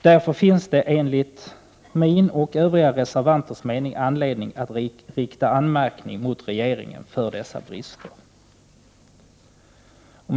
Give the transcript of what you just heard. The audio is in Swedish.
Därför finns det enligt min och övriga reservanters mening anledning att rikta anmärkning mot regeringen för dessa brister.